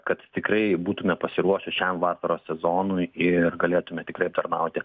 kad tikrai būtume pasiruošę šiam vasaros sezonui ir galėtume tikrai aptarnauti